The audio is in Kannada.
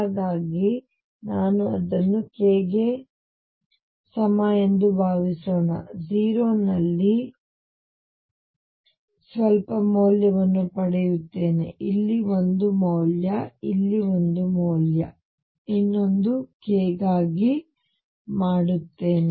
ಹಾಗಾಗಿ ನಾನು ಅದನ್ನು k ಗೆ ಸಮ ಎಂದು ಭಾವಿಸೋಣ 0 ನಾನು ಇಲ್ಲಿ ಸ್ವಲ್ಪ ಮೌಲ್ಯವನ್ನು ಪಡೆಯುತ್ತೇನೆ ಇಲ್ಲಿ ಒಂದು ಮೌಲ್ಯ ಇಲ್ಲಿ ಒಂದು ಮೌಲ್ಯ ಇಲ್ಲಿ ನಾನು ಇನ್ನೊಂದು k ಗಾಗಿ ಮಾಡುತ್ತೇನೆ